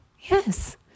Yes